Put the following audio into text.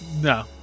No